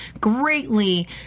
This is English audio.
greatly